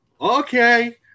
okay